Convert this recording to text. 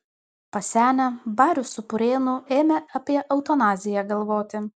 pasenę barius su purėnu ėmė apie eutanaziją galvoti